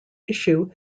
issue